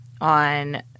on